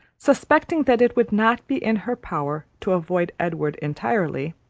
suspecting that it would not be in her power to avoid edward entirely,